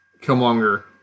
Killmonger